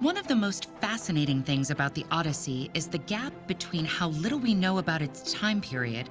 one of the most fascinating things about the odyssey is the gap between how little we know about its time period